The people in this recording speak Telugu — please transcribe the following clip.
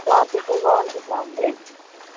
షాప్ అయితే బాగుంటుందాండి